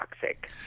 toxic